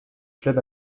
club